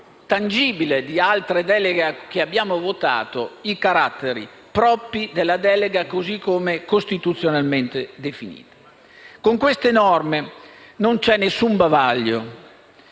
tangibile di altre deleghe che abbiamo votato, i caratteri propri della delega così come costituzionalmente definita. Con queste norme non c'è alcun bavaglio,